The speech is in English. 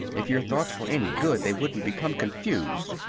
if your thoughts were any good they wouldn't become confused,